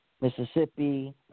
Mississippi